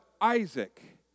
Isaac